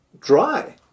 dry